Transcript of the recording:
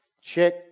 Check